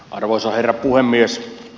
arvoisa herra puhemies